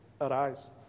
arise